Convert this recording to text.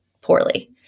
poorly